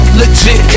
legit